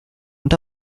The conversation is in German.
und